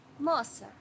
Moça